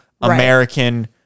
American